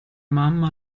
mamma